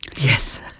Yes